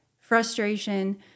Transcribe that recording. frustration